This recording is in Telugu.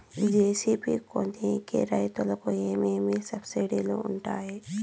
జె.సి.బి కొనేకి రైతుకు ఏమేమి సబ్సిడి లు వుంటాయి?